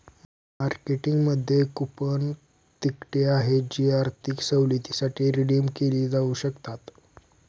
मार्केटिंगमध्ये कूपन तिकिटे आहेत जी आर्थिक सवलतींसाठी रिडीम केली जाऊ शकतात